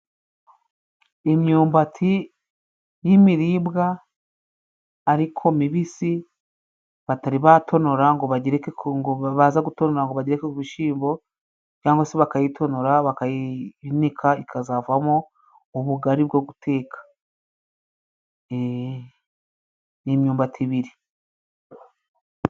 Imyumbati y'imiribwa ariko mibisi batari batonora ngo bagerereke, baza gutonora ngo bagereke ku bishimbo cyangwa se bakayitonora, bakayinika, ikazavamo ubugari bwo guteka. Ni imyumbati ibiri.